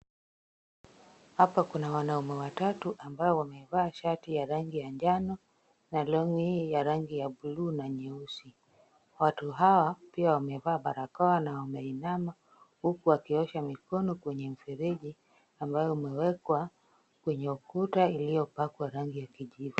Hapa kuna wanaume watatu ambao wamevaa shati ya rangi ya njano na long'i ya rangi ya buluu na nyeusi. Watu hawa pia wamevaa barakoa na wameinama huku wakiosha mikono kwenye mfereji ambao umewekwa kwenye ukuta uliopakwa rangi ya kijivu.